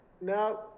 no